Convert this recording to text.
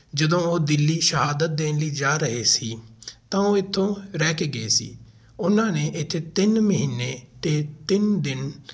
ਜਦੋਂ ਉਹ ਦਿੱਲੀ ਸ਼ਹਾਦਤ ਦੇਣ ਲਈ ਜਾ ਰਹੇ ਸੀ ਤਾਂ ਉਹ ਇੱਥੇ ਰਹਿ ਕੇ ਗਏ ਸੀ ਉਹਨਾਂ ਨੇ ਇੱਥੇ ਤਿੰਨ ਮਹੀਨੇ ਅਤੇ ਤਿੰਨ ਦਿਨ